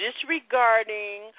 disregarding